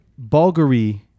Bulgari